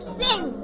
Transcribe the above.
sing